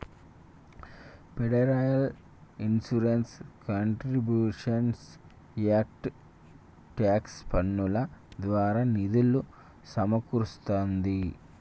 federal insurance contributions act tax పన్నుల ద్వారా నిధులు సమకూరుస్తాంది